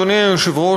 אדוני היושב-ראש,